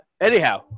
Anyhow